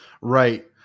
right